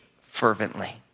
fervently